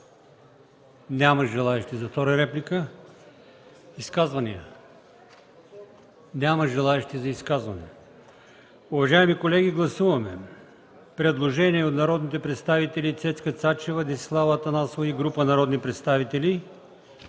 Няма желаещи за изказване.